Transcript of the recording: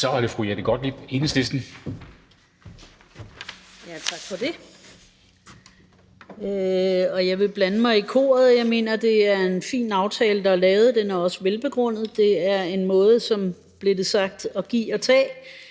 Så er det fru Jette Gottlieb, Enhedslisten.